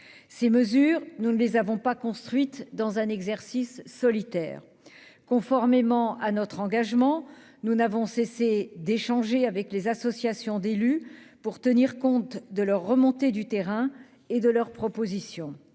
écologique. Nous n'avons pas construit ces mesures dans un exercice solitaire. Conformément à notre engagement, nous n'avons cessé d'échanger avec les associations d'élus, pour tenir compte de leurs remontées de terrain et de leurs propositions.